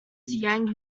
yang